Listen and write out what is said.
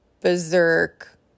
berserk